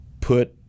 put